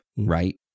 Right